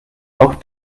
auch